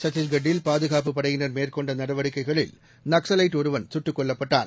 சத்தீஷ்கட்டில் பாதுகாப்பு படையினர் மேற்கொண்டநடவடிக்கைகளில் நக்சவைட் ஒருவன் சுட்டுக்கொல்லப்பட்டான்